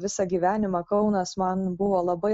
visą gyvenimą kaunas man buvo labai